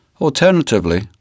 Alternatively